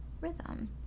rhythm